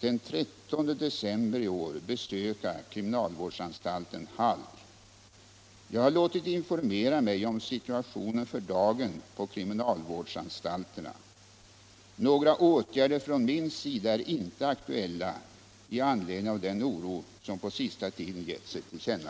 den 13 december i år besöka kriminalvårdsanstalten Hall. Jag har låtit informera mig om situationen för dagen på kriminalvårdsanstalterna. Några åtgärder från min sida är inte aktuella i anledning av den oro som på den senaste tiden gett sig till känna.